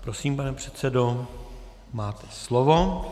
Prosím, pane předsedo, máte slovo.